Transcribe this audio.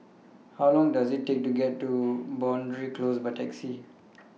How Long Does IT Take to get to Boundary Close By Taxi